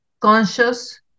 conscious